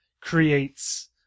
creates